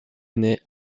donner